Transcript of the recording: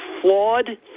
flawed